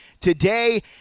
today